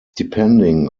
depending